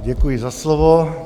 Děkuji za slovo.